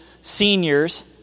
seniors